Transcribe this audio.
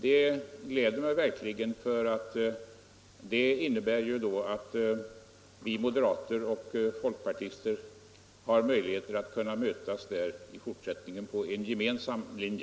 Det gläder mig verkligen, för det innebär att moderater och folkpartister har möjligheter att mötas i fortsättningen på en gemensam linje.